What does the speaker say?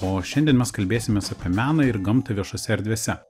o šiandien mes kalbėsimės apie meną ir gamtą viešose erdvėse